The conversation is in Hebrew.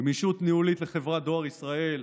גמישות ניהולית לחברת דואר ישראל,